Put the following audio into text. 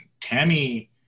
Tammy